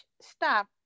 stop